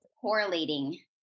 correlating